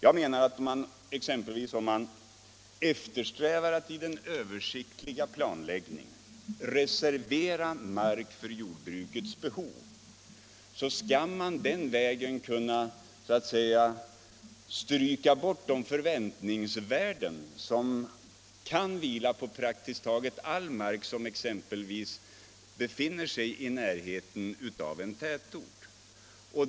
Om man t.ex. eftersträvar att i den översiktliga planläggningen reservera mark för jordbrukets behov, skall man kunna komma bort från de förväntningsvärden som kan vila på praktiskt taget all mark som befinner sig i närheten av en tätort.